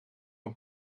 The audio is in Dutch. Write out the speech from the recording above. een